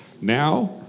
Now